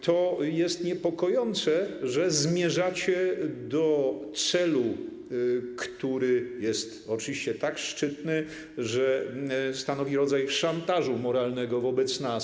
To jest niepokojące, że zmierzacie do celu, który jest oczywiście tak szczytny, że stanowi rodzaj szantażu moralnego wobec nas.